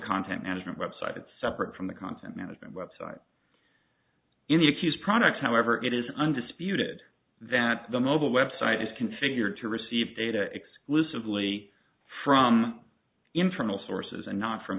content management website that separate from the content management website any of these products however it is undisputed that the mobile website is configured to receive data exclusively from in from the sources and not from